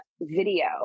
Video